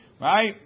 Right